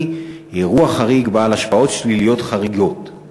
"אירוע חריג בעל השפעות שליליות חריגות";